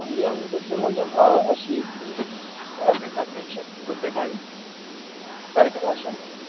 मूल्यं तस्य मूल्यम् अशीति अधिक त्रिंशत् रूप्यकाणि तर्कभाषा